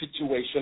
situation